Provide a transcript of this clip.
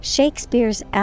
Shakespeare's